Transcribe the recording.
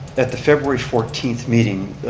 at the february fourteenth meeting,